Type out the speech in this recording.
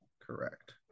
correct